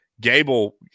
Gable